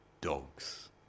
Dogs